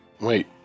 Wait